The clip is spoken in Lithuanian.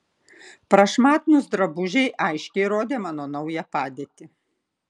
prašmatnūs drabužiai aiškiai rodė mano naują padėtį